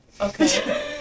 Okay